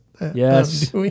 Yes